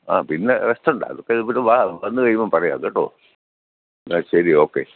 ആ പിന്നെ റെസ്റ്റുണ്ട് അതൊക്കെ ഇവിടെ വാ വന്നു കഴിയുമ്പം പറയാം കേട്ടോ എന്നാൽ ശരി ഓക്കെ